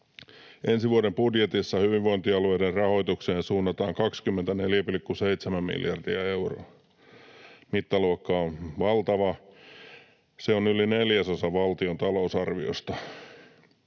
Ensi vuoden budjetissa hyvinvointialueiden rahoitukseen suunnataan 24,7 miljardia euroa. Mittaluokka on valtava. Se on yli neljäsosa valtion talousarviosta.